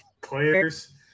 players